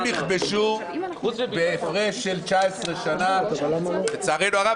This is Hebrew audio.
שניהם נכבשו בהפרש של 19 שנה לצערנו הרב,